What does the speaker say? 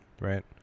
right